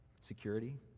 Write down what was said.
Security